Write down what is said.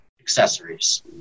accessories